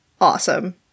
awesome